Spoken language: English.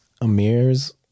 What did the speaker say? Amir's